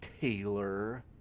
Taylor